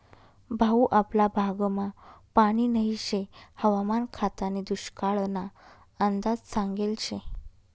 भाऊ आपला भागमा पानी नही शे हवामान खातानी दुष्काळना अंदाज सांगेल शे